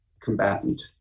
combatant